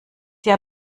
jahr